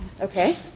Okay